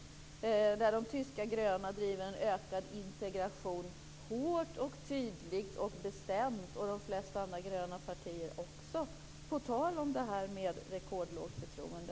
De tyska gröna driver en ökad integration hårt, tydligt och bestämt, och de flesta andra gröna partier också - på tal om det här med rekordlågt förtroende.